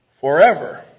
Forever